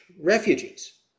refugees